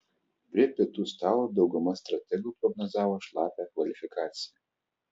prie pietų stalo dauguma strategų prognozavo šlapią kvalifikaciją